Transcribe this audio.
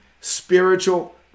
spiritual